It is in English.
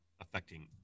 affecting